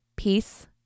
peace